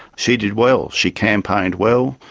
she did well. she campaigned well,